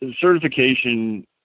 certification